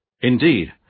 Indeed